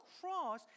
cross